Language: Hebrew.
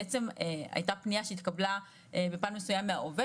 בעצם הייתה פניה שהתקבלה בפן מסוים מהעובד